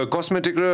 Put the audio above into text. Cosmetic